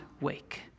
wake